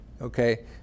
Okay